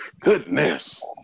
goodness